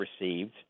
received